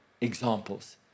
...examples